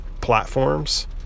platforms